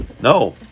No